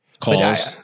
calls